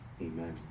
Amen